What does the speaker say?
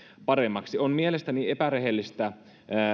paremmaksi on mielestäni epärehellistä